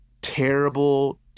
terrible